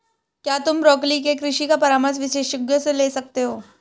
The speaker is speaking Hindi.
क्या तुम ब्रोकोली के कृषि का परामर्श विशेषज्ञों से ले सकते हो?